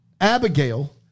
Abigail